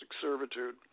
servitude